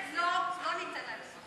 לא, לא ניתן להם אזרחות.